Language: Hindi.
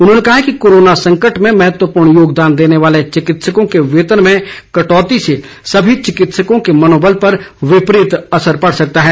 उन्होंने कहा कि कोरोना संकट में महत्वपूर्ण योगदान देने वाले चिकित्सकों के वेतन में कटौती से सभी चिकित्सकों के मनोबल पर विपरीत असर पड़ सकता है